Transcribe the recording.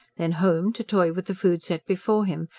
then home, to toy with the food set before him,